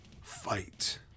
fight